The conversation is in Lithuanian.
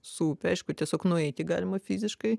su aišku tiesiog nueiti galima fiziškai